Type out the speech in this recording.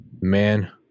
Man